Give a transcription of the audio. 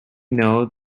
know